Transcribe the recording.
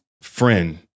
friend